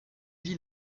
vit